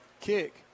kick